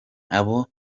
aho